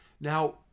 Now